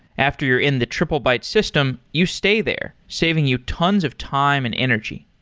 after you're in the triplebyte system, you stay there, saving you tons of time and energy.